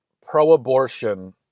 pro-abortion